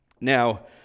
Now